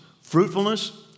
fruitfulness